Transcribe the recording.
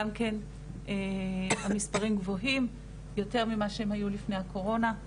גם כן המספרים גבוהים יותר ממה שהם היו לפני הקורונה.